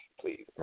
Please